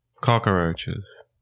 Cockroaches